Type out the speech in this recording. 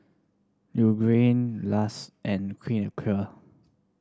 Lush and Clean and Clear